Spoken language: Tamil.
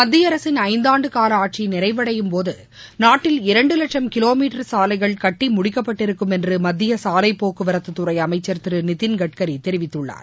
மத்திய அரசின் ஐந்தாண்டு கால ஆட்சி நிறைவடையும்போது நாட்டில் இரண்டு வட்சம் கிலோ மீட்டர் சாலைகள் கட்டி முடிக்கப்பட்டிருக்கும் என்று மத்திய சாலைபோக்குவரத்துத்துறை அமைச்சர் திரு நிதின்கட்கரி தெரிவித்துள்ளார்